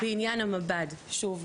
בעניין המב"ד: שוב,